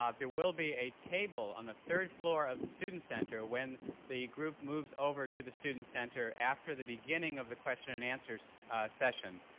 there will be a table on the third floor of the student center when the group moves over to the student center after the beginning of the question and answer so session.